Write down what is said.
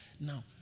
Now